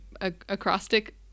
acrostic